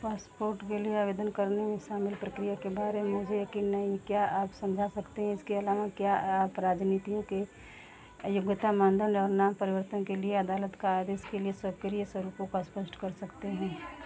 passport के लिए आवेदन करने में शामिल प्रक्रिया के बारे में मुझे यकीन नहीं है क्या आप समझा सकते हैं इसके अलाव क्या आप राजनीतियों के लिए योग्यता मानदंड और नाम परिवर्तन के लिए अदालत का आदेश के लिए स्वीकार्य स्वरूपों को स्पष्ट कर सकते हैं